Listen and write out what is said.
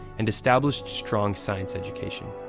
and established strong science education.